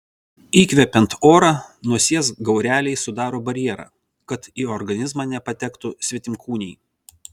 įkvepiant orą nosies gaureliai sudaro barjerą kad į organizmą nepatektų svetimkūniai